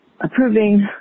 approving